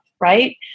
right